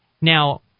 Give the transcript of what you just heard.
Now